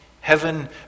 heaven